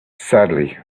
sadly